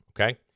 Okay